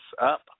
up